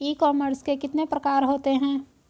ई commerce के कितने प्रकार होते हैं?